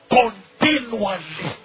continually